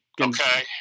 okay